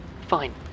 Fine